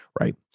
right